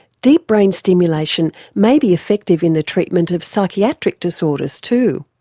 deep brain stimulation may be effective in the treatment of psychiatric disorders too.